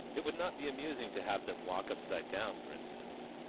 it would not be amusing to have them walk upside down, for instance.